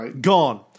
gone